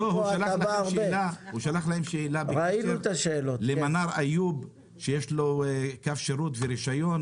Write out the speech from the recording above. תבינו שאלו ענפים שצריכים סיוע,